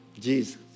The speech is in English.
Jesus